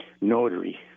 Notary